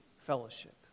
fellowship